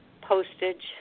postage